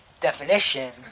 definition